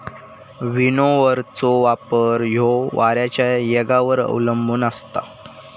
विनोव्हरचो वापर ह्यो वाऱ्याच्या येगावर अवलंबान असता